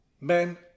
men